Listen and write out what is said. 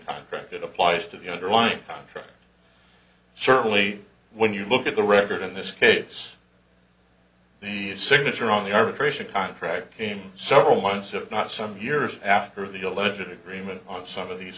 contract it applies to the underlying contract certainly when you look at the record in this case the signature on the irish a contract came several months if not some years after the allegedly agreement on some of these